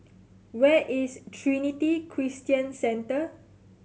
where is Trinity Christian Centre